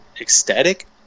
ecstatic